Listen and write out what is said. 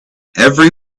every